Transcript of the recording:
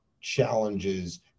challenges